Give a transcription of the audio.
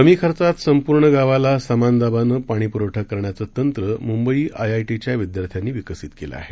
कमी खर्चात संपूर्ण गावाला समान दाबाने पाणीपुरवठा करण्याचं तंत्र मुंबई आयआयटीच्या विद्यार्थ्यानी विकसित केलं आहे